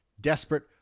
desperate